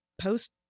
post